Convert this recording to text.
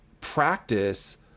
practice